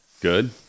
Good